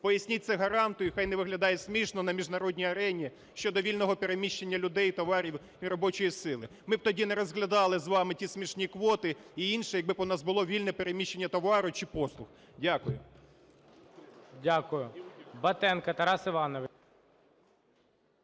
Поясніть це гаранту і хай не виглядає смішно на міжнародній арені щодо вільного переміщення людей, товарів і робочої сили. Ми б тоді не розглядали з вами ті смішні квоти і інше, якби б у нас було вільне переміщення товару чи послуг. Дякую.